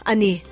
Ani